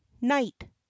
night